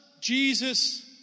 Jesus